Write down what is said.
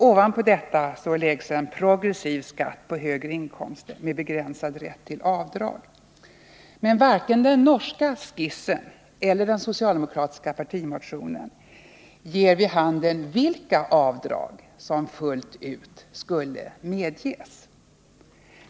Ovanpå detta läggs en progressiv skatt på högre inkomster med begränsad rätt till avdrag. Men varken den norska skissen eller den socialdemokratiska partimotionen ger vid handen vilka avdrag som fullt ut skulle medges.